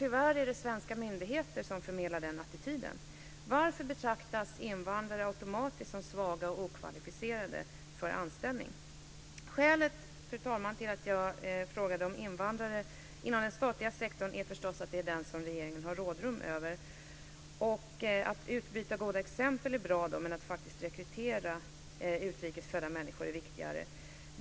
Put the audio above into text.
Tyvärr är det svenska myndigheter som förmedlar den attityden. Varför betraktas invandrare automatiskt som svaga och okvalificerade för anställning? Skälet, fru talman, till att jag frågade om invandrare inom den statliga sektorn är förstås att det är den som regeringen har rådrum över. Att utbyta goda exempel är bra, men att faktiskt rekrytera utrikes födda människor är viktigare.